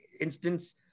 instance